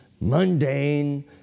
Mundane